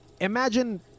imagine